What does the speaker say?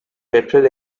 petrol